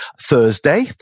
Thursday